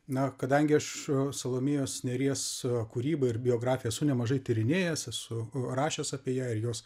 na kadangi aš salomėjos nėries kūrybą ir biografiją su nemažai tyrinėjęs esu rašęs apie ją ir jos